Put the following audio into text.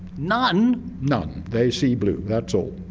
none? none. they see blue, that's all.